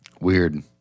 Weird